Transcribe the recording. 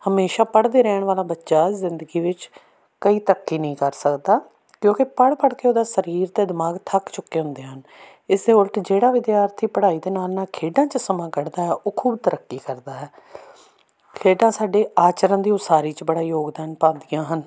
ਹਮੇਸ਼ਾ ਪੜ੍ਹਦੇ ਰਹਿਣ ਵਾਲਾ ਬੱਚਾ ਜ਼ਿੰਦਗੀ ਵਿੱਚ ਕਈ ਧੱਕੇ ਨਹੀਂ ਕਰ ਸਕਦਾ ਕਿਉਂਕਿ ਪੜ੍ਹ ਪੜ੍ਹ ਕੇ ਉਹਦਾ ਸਰੀਰ ਅਤੇ ਦਿਮਾਗ ਥੱਕ ਚੁੱਕੇ ਹੁੰਦੇ ਹਨ ਇਸਦੇ ਉਲਟ ਜਿਹੜਾ ਵਿਦਿਆਰਥੀ ਪੜ੍ਹਾਈ ਦੇ ਨਾਲ ਨਾਲ ਖੇਡਾਂ 'ਚ ਸਮਾਂ ਕੱਢਦਾ ਉਹ ਖੂਬ ਤਰੱਕੀ ਕਰਦਾ ਹੈ ਖੇਡਾਂ ਸਾਡੇ ਆਚਰਨ ਦੀ ਉਸਾਰੀ 'ਚ ਬੜਾ ਯੋਗਦਾਨ ਪਾਉਂਦੀਆਂ ਹਨ